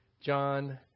John